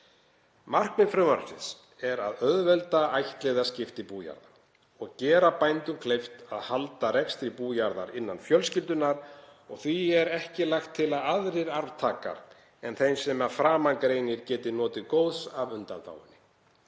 Markmið frumvarpsins er að auðvelda ættliðaskipti bújarða og gera bændum kleift að halda rekstri bújarðar innan fjölskyldunnar og því er ekki lagt til að aðrir arftakar en þeir sem að framan greinir geti notið góðs af undanþágunni.